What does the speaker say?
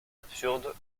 absurde